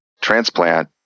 transplant